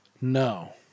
No